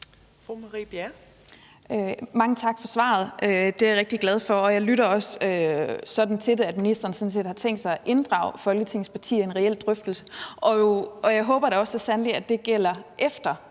Mange tak for svaret. Det er jeg rigtig glad for, og jeg lytter mig også til, at ministeren sådan set har tænkt sig at inddrage Folketingets partier i en reel drøftelse. Og jeg håber da så sandelig også, at det gælder, efter